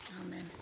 Amen